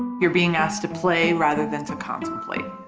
you're being asked to play rather than to contemplate.